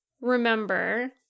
remember